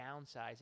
downsizing